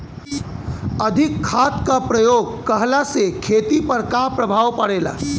अधिक खाद क प्रयोग कहला से खेती पर का प्रभाव पड़ेला?